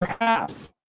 half